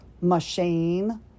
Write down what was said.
machine